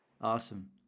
Awesome